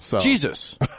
Jesus